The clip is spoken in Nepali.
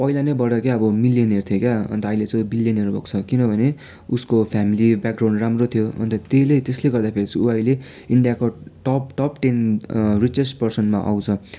पहिला नै बाट के अब मिलेनियर थिए क्या अन्त अहिले चाहिँ बिलेनियर भएको छ किनभने उसको फ्यामिली ब्याकग्राउन्ड राम्रो थियो अन्त त्यसैले त्यसले गर्दा फेरि चाहिँ ऊ अहिले इन्डियाको टप टप टेन रिचेस्ट पर्सनमा आउँछ